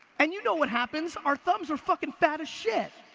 and you know what happens, our thumbs are fucking fat as shit.